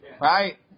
Right